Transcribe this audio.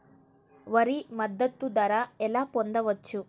వరి మద్దతు ధర ఎలా పొందవచ్చు?